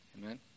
Amen